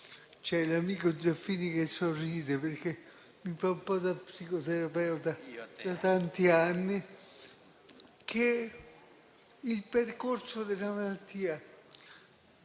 (l'amico Zaffini sorride, perché mi fa un po' da psicoterapeuta da tanti anni), che il percorso della malattia,